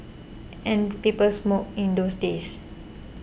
and people smoked in those days